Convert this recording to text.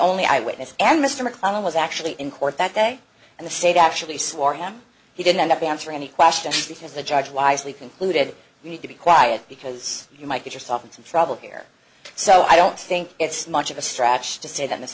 only eyewitness and mr mcconnell was actually in court that day and the state actually swore him he didn't end up answer any questions because the judge wisely concluded we need to be quiet because you might get yourself in some trouble here so i don't think it's much of a stretch to say that